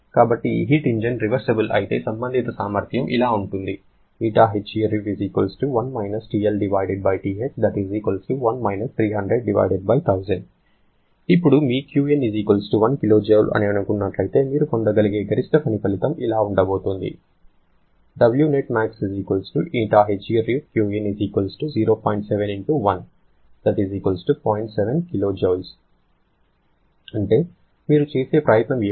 కాబట్టి ఈ heat engine reversible అయితే సంబంధిత సామర్థ్యం ఇలా ఉంటుంది ఇప్పుడు మీ Qin 1 kJ అని అనుకున్నట్లైతే మీరు పొందగలిగే గరిష్ట పని ఫలితం ఇలా ఉండబోతోంది అంటే మీరు చేసే ప్రయత్నం ఏమైనా కావచ్చు కనీసం 0